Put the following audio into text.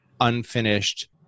unfinished